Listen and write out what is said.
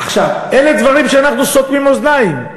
עכשיו, אלה דברים, ואנחנו סותמים אוזניים,